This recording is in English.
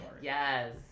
Yes